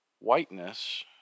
whiteness